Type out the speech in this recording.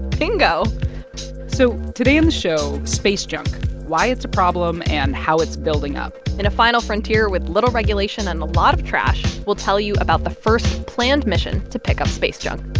bingo so today in the show, space junk why it's a problem and how it's building up in a final frontier with little regulation and a lot of trash, we'll tell you about the first planned mission to pick up space junk